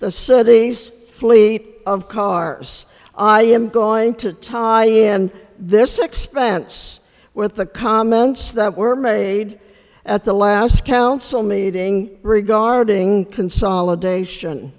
the city's fleet of cars i am going to tie in this expanse where the comments that were made at the last council meeting regarding consolidation